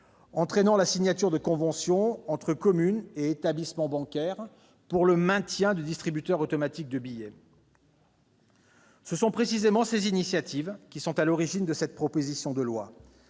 entraînant la signature de conventions entre communes et établissements bancaires pour le maintien de distributeurs automatiques de billets, ou DAB. Ce sont précisément ces initiatives qui sont à l'origine de la présente proposition de loi,